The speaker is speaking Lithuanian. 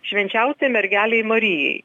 švenčiausiai mergelei marijai